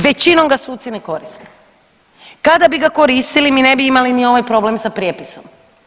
Većinom ga suci ne koriste, kada bi ga koristili mi ne bi ni ovaj problem sa prijepisom.